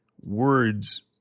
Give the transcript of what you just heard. words